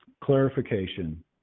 clarification